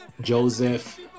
joseph